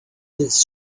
this